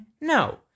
No